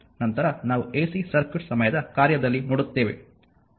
ನಂತರ ನಾವು Ac circuit ಸಮಯದ ಕಾರ್ಯದಲ್ಲಿ ನೋಡುತ್ತೇವೆ